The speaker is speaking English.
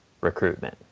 recruitment